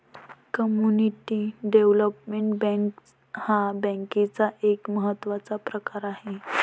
community development bank हा बँकेचा एक महत्त्वाचा प्रकार आहे